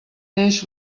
neix